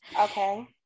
Okay